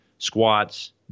squats